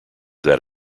that